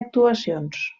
actuacions